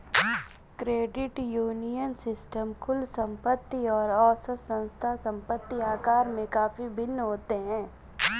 credit union system कुल संपत्ति और औसत संस्था संपत्ति आकार में काफ़ी भिन्न होते हैं